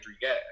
gas